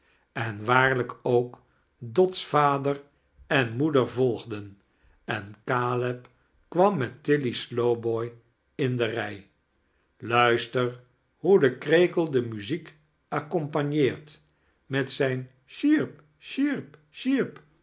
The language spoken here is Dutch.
en waarlijk ook dot's vader en moeder volgden en caleb kwam met tilly slowboy in de rij luister hoe de krekel de muziek accompagneert met zijn